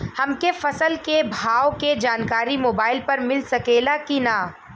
हमके फसल के भाव के जानकारी मोबाइल पर मिल सकेला की ना?